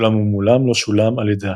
אולם הוא מעולם לא שולם על ידה.